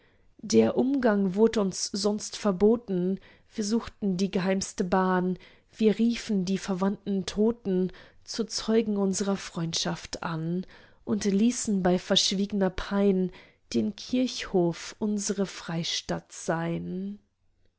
der umgang wurd uns sonst verboten wir suchten die geheimste bahn wir riefen die verwandten toten zu zeugen unsrer freundschaft an und ließen bei verschwiegner pein den kirchhof unsre freistatt sein